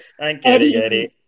Eddie